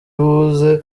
buze